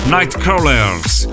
Nightcrawlers